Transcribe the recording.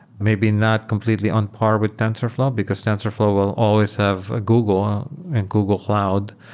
maybe not completely on par with tensorflow, because tensorflow will always have a google and google cloud.